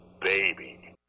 baby